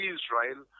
Israel